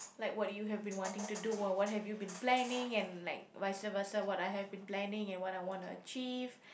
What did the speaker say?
like what do you have been wanting to do what what have you been planning and like vice versa what I have been planning and what I want to achieve